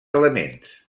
elements